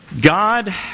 God